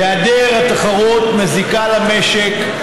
היעדר התחרות מזיקה למשק,